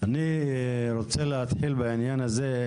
אני רוצה להתחיל בעניין הזה.